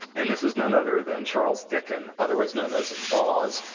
and this is none other than charles dickens, otherwise known as boz.